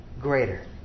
greater